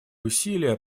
усилия